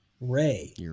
Ray